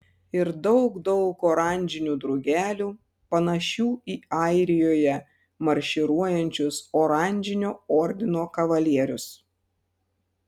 ir daug daug oranžinių drugelių panašių į airijoje marširuojančius oranžinio ordino kavalierius